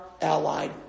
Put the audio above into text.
allied